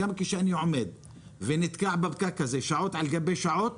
גם כשנתקעים בפקק הזה שעות על גבי שעות,